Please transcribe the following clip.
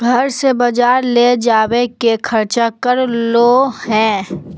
घर से बजार ले जावे के खर्चा कर लगो है?